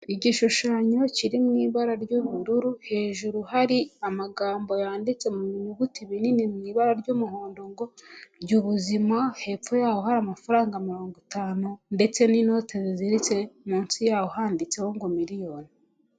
Igishushanyo kiri mu ibara ry'ubururu hejuru, hari amagambo yanditse mu nyuguti binini mu ibara ry'umuhondo, ngo rya ubuzima, hepfo yaho hari amafaranga mirongo itanu ndetse n'inote ziziritse munsi yaho handitseho ngo miliyoni.